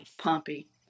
Pompey